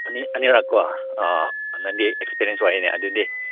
ꯑꯅꯤ ꯑꯅꯤꯔꯛꯀꯣ ꯑꯧ ꯅꯪꯗꯤ ꯑꯦꯛꯁꯄꯤꯔꯦꯟꯁ ꯑꯣꯏꯌꯦꯅꯦ ꯑꯗꯨꯗꯤ